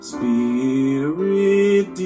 Spirit